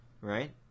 Right